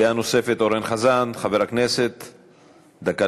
דעה נוספת, חבר הכנסת אורן חזן, דקה